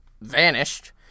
vanished